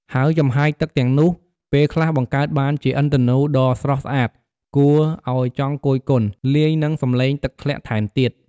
ហើយចំហាយទឹកទាំងនោះ ពេលខ្លះបង្កើតបានជាឥន្ធនូដ៏ស្រស់ស្អាតគួរឱ្យចង់គយគន់ លាយនឹងសម្លេងទឹកធ្លាក់ថែមទៀត។